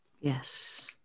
Yes